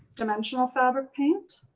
dimensional fabric paint.